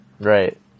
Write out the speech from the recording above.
right